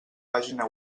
pàgina